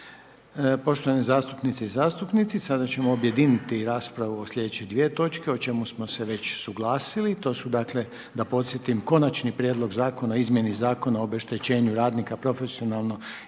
Poštovane zastupnice i zastupnici sada ćemo objediniti raspravu o sljedeće dvije točke o čemu smo se već suglasili, to su dakle, da podsjetim: - Prijedlog Zakona o izmjeni Zakona o obeštećenju radnika profesionalno